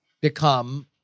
become